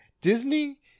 Disney